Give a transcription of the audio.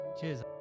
Cheers